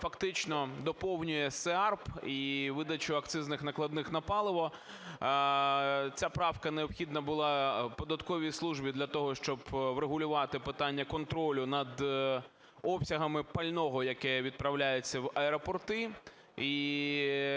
доповнює СЕАРП і видачу акцизних накладних на паливо ця правка необхідна була податковій службі для того, щоб врегулювати питання контролю над обсягами пального, яке відправляється в аеропорти